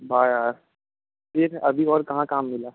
हाँ यार फिर अभी और कहाँ काम मिला